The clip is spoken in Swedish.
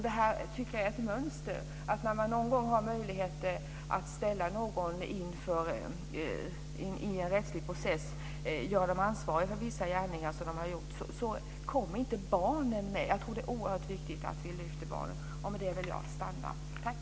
Det har blivit ett mönster att när man någon gång har möjlighet att ställa någon inför en rättslig process och göra någon ansvarig för gjorda gärningar tas inte barnen med. Det är oerhört viktigt att vi lyfter fram barnen.